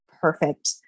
perfect